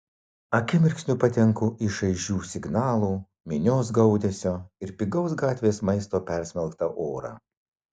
akimirksniu patenku į šaižių signalų minios gaudesio ir pigaus gatvės maisto persmelktą orą